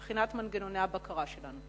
מבחינת מנגנוני הבקרה שלנו.